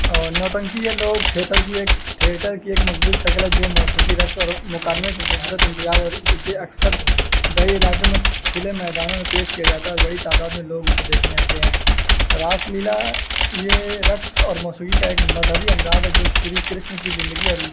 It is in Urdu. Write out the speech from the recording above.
اور نوٹنکی یہ لوگ تھیٹر کی ایک تھیٹر کی ایک مقبول شکل ہے جو موسیقی رقص اور مکالمے کی خوبصورت امتزاج اور اسے اکثر دیہی علاقوں میں کھلے میدانوں میں پیش کیا جاتا ہے اور بڑی تعداد میں لوگ اسے دیکھنے آتے ہیں راس لیلا یہ رقص اور موسیقی کا ایک مذہبی انداز ہے جو شری کرشن کی زندگی اور